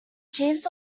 jeeves